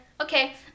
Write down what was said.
Okay